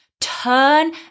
Turn